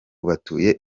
batuye